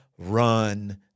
Run